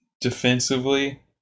defensively